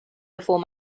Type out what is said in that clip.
before